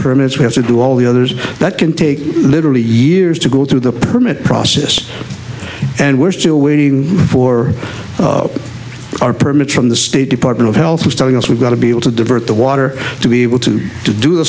permits we have to do all the others that can take literally years to go through the permit process and we're still waiting for our permits from the state department of health was telling us we've got to be able to divert the water to be able to to do the